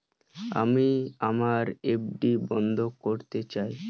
আমি আমার এফ.ডি বন্ধ করতে চাই